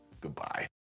Goodbye